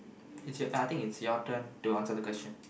its your I think it's your turn to answer the question